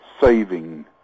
saving